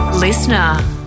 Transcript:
Listener